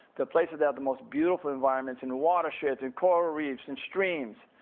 to places that have the most beautiful environments, and watersheds, and coral reefs, and streams.